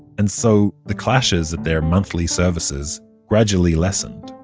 and so, the clashes at their monthly services gradually lessened.